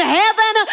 heaven